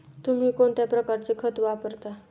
तुम्ही कोणत्या प्रकारचे खत वापरता?